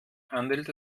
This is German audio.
handelt